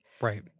Right